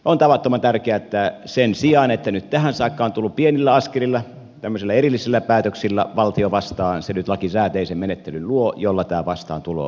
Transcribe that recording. on tavattoman tärkeää että sen sijaan että nyt tähän saakka on tullut pienillä askelilla tämmöisillä erillisillä päätöksillä valtio vastaan se nyt lakisääteisen menettelyn luo jolla tämä vastaantulo voi tapahtua